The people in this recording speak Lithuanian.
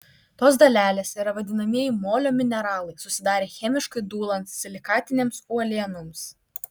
tos dalelės yra vadinamieji molio mineralai susidarę chemiškai dūlant silikatinėms uolienoms